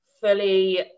fully